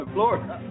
Florida